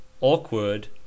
Awkward